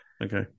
Okay